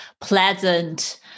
pleasant